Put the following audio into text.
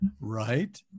Right